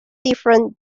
difference